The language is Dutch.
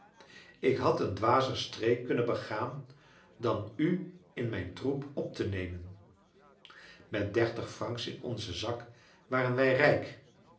ik had een dwazer streek kunnen begaan dan u in mijn troep op te nemen met dertig francs in onzen zak waren wij rijk